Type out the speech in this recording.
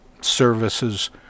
services